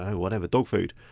whatever, dog food.